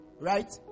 right